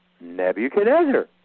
Nebuchadnezzar